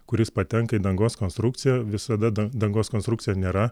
kuris patenka į dangos konstrukciją visada dangos konstrukcija nėra